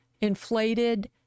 inflated